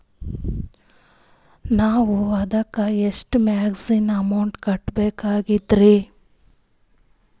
ನಾವು ಅದಕ್ಕ ಎಷ್ಟ ಮಾರ್ಜಿನ ಅಮೌಂಟ್ ಕಟ್ಟಬಕಾಗ್ತದ್ರಿ?